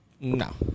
No